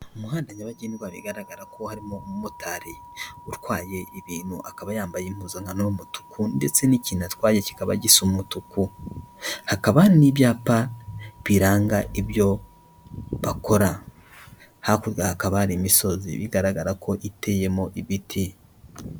Umuhanda nyabagendwa bigaragara ko harimo umumotari utwaye ibintu, akaba yambaye impuzankano y'umutuku ndetse n'ikintu atwaye kikaba gisa umutuku, hakaba n'ibyapa biranga ibyo bakora, hakurya hakaba hari imisozi bigaragara ko iteyemo ibiti.